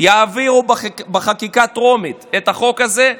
יעבירו בקריאה טרומית את החוק הזה,